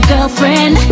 girlfriend